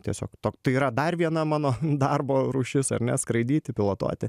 tiesiog tai yra dar viena mano darbo rūšis ar ne skraidyti pilotuoti